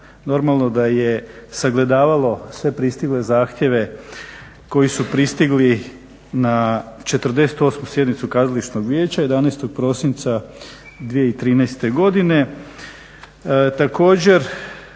normalno da je sagledavalo sve pristigle zahtjeve koji su pristigli na 48. sjednicu Kazališnog vijeća 11. prosinca 2013. godine.